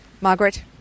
Margaret